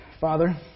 Father